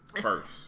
first